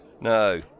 No